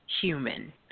human